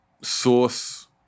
source